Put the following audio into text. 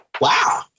Wow